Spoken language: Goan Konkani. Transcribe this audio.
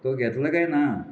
तो घेतलो कांय ना